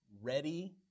ready